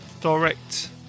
direct